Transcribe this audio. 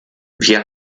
wir